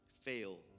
fail